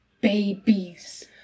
babies